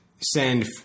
send